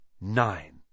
Nine